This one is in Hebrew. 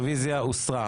הרביזיה הוסרה.